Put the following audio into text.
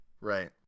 Right